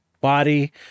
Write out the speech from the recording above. body